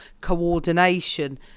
coordination